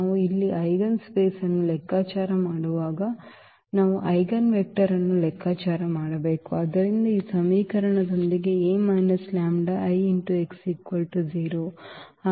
ನಾವು ಇಲ್ಲಿ ಐಜೆನ್ಸ್ಪೇಸ್ ಅನ್ನು ಲೆಕ್ಕಾಚಾರ ಮಾಡುವಾಗ ನಾವು ಈಜೆನ್ವೆಕ್ಟರ್ ಅನ್ನು ಲೆಕ್ಕಾಚಾರ ಮಾಡಬೇಕು ಆದ್ದರಿಂದ ಈ ಸಮೀಕರಣದೊಂದಿಗೆ A λI x 0